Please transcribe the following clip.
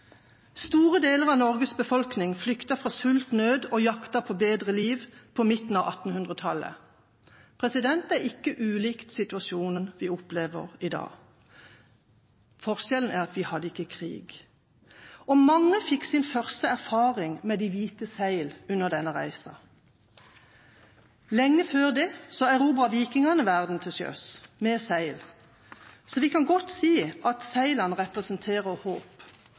nød og jaktet på et bedre liv på midten av 1800-tallet. Det er ikke ulikt situasjonen vi opplever i dag. Forskjellen er at vi ikke hadde krig. Mange fikk sin første erfaring med de hvite seil under denne reisen. Lenge før det erobret vikingene verden til sjøs – med seil. Så vi kan godt si at seilene representerer håp